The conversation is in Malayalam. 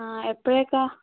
ആ എപ്പൊഴത്തേക്കാണ്